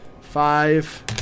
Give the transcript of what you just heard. Five